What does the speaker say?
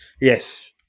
Yes